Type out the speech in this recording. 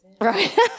Right